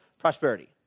prosperity